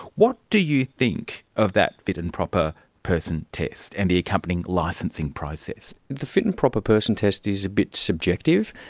what do you think of that fit and proper person test and the accompanying licencing process? the fit and proper person test is a bit subjective.